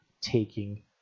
taking